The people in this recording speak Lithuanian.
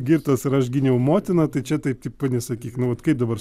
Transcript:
girtas ir aš gyniau motiną tai čia taip tipo nesakyk nu vat kaip dabar su